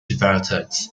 vertex